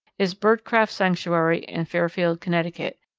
is birdcraft sanctuary in fairfield, connecticut,